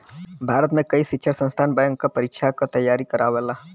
भारत में कई शिक्षण संस्थान बैंक क परीक्षा क तेयारी करावल